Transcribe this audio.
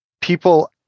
people